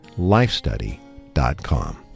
lifestudy.com